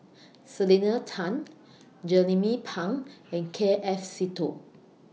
Selena Tan Jernnine Pang and K F Seetoh